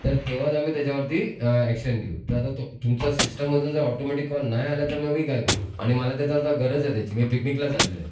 तर तेव्हाच आम्ही त्याच्यावरती ॲक्शन घेऊ तर आता तुमचा सिस्टममधून जर ऑटोमॅटिक कॉल नाही आला तर मग मी काय करू आणि मला त्याचा आता गरज आहे त्याची मी पिकनिकला चाललो आहे